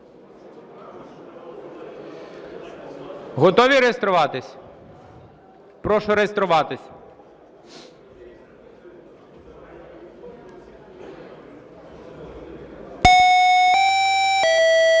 Готові реєструватись? Прошу реєструватись. 10:05:58